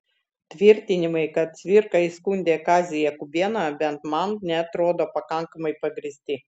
tvirtinimai kad cvirka įskundė kazį jakubėną bent man neatrodo pakankamai pagrįsti